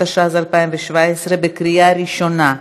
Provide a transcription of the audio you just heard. התשע"ז 2017, בקריאה ראשונה.